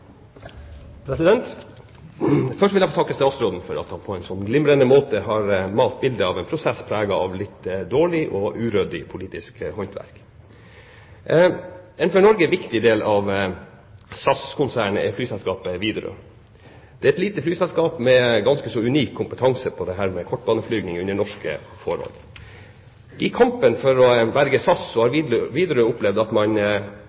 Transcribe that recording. først Frank Bakke Jensen. Først vil jeg få takke statsråden for at han på en så glimrende måte har malt et bilde av en prosess preget av et litt dårlig og uryddig politisk håndverk. En for Norge viktig del av SAS-konsernet er flyselskapet Widerøe. Det er et lite flyselskap med en ganske så unik kompetanse på kortbaneflygninger under norske forhold. I kampen for å berge SAS har Widerøe opplevd at